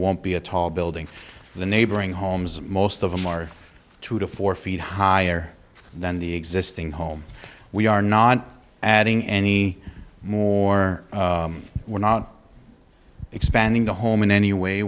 won't be a tall building the neighboring homes most of them are two to four feet higher than the existing home we are not adding any more we're not expanding the home in any way